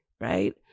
right